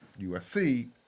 USC